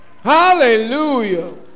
Hallelujah